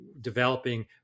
developing